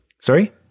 sorry